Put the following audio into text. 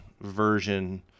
version